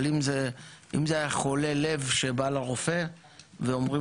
אם זה היה חולה לב שבא לרופא ואומרים